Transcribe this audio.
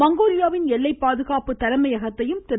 மங்கோலியாவின் எல்லைப் பாதுகாப்பு தலைமையகத்தையும் திரு